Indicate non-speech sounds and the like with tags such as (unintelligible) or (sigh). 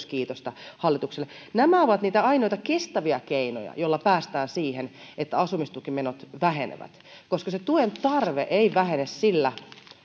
(unintelligible) kiitosta hallitukselle nämä ovat niitä ainoita kestäviä keinoja joilla päästään siihen että asumistukimenot vähenevät koska se tuen tarve ei vähene sillä